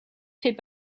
fait